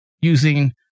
using